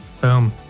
Boom